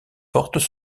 portent